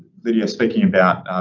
lydia, speaking about,